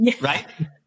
right